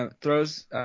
throws